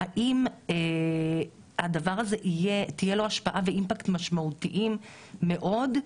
האם לדבר הזה יהיו השפעה ואימפקט משמעותיים מאד,